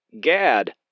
Gad